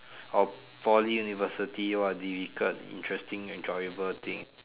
or Poly University or difficult interesting enjoyable thing